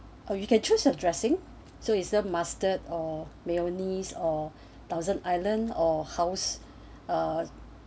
or you can choose your dressing so it's the mustard or mayonnaise or thousand island or house uh